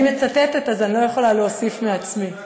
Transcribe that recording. אני מצטטת, אז אני לא יכולה להוסיף מעצמי.